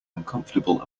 uncomfortable